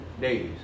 days